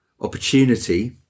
opportunity